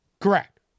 Correct